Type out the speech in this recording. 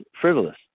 frivolous